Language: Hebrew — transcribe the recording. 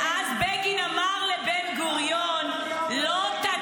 ואז בגין אמר לבן-גוריון -- איך את מעיזה להשוות את נתניהו לבגין.